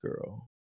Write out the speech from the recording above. girl